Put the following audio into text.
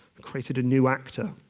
created a new actor.